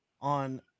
on